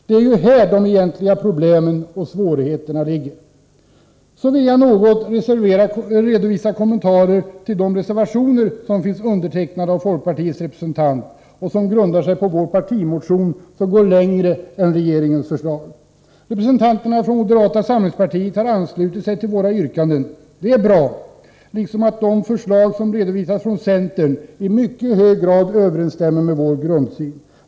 Det är ju här de egentliga problemen och svårigheterna ligger. Så vill jag något kommentera de reservationer som folkpartiets representant har varit med om att avge. De grundar sig på vår partimotion och går längre än regeringens förslag. Representanterna för moderata samlingspartiet har anslutit sig till våra yrkanden. Det är bra, liksom att de förslag som redovisas från centerpartiet i mycket hög grad överensstämmer med vår grundsyn.